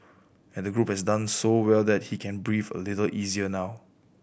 and the group has done so well that he can breathe a little easier now